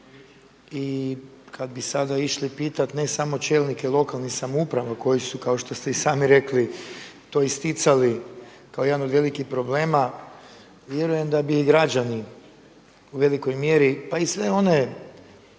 I kada bi sada išli pitati ne samo čelnike lokalnih samouprava koji su kao što ste i sami rekli to isticali kao jedan od velikih problema, vjerujem da bi i građani u velikoj mjeri pa i sve one